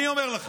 אני אומר לכם.